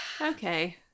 okay